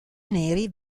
neri